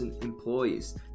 employees